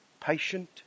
patient